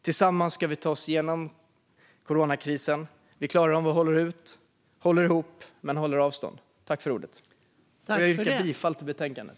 Tillsammans ska vi ta oss igenom coronakrisen. Vi klarar det om vi håller ut och håller ihop men håller avstånd. Jag yrkar bifall till förslaget i betänkandet.